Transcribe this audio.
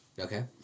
Okay